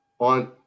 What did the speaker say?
On